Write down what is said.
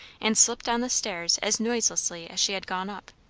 and slipped down the stairs as noiselessly as she had gone up.